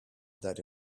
that